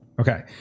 Okay